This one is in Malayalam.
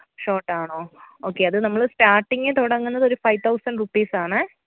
ഷോട്ടാണോ ഓക്കെ അത് നമ്മൾ സ്റ്റാട്ടിംഗ് തുടങ്ങുന്നതൊരു ഫൈ ത്തൗസന്റ് റുപ്പീസാണെ